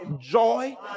joy